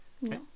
No